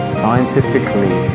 scientifically